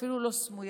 אפילו לא סמויה,